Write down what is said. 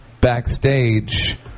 backstage